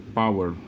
power